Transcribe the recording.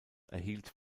erhielt